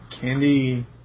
candy